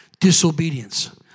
disobedience